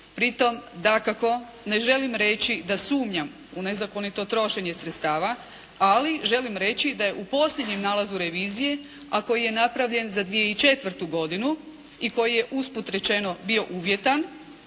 Pritom dakako ne želim reći da sumnjam u nezakonito trošenje sredstava ali želim reći da je u posljednjem nalazu revizije a koji je napravljen za 2004. godinu i koji je usput rečeno bio uvjetan